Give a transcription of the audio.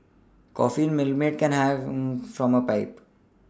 coffee in a Milkmaid can hangs from a pipe